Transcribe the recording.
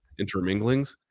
interminglings